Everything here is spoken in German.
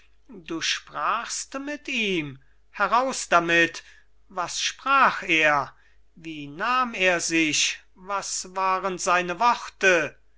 du sprachst mit ihm heraus damit was sprach er wie nahm er sich was waren seine worte